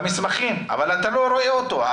מסמכים, אבל אתה לא רואה אותו.